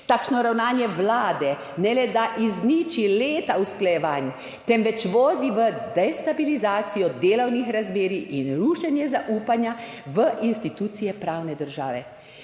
Takšno ravnanje Vlade ne le, da izniči leta usklajevanj, temveč vodi v destabilizacijo delovnih razmerij in rušenje zaupanja v institucije pravne države.